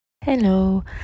hello